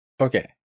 okay